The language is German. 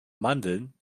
mandeln